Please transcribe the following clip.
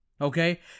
Okay